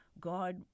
God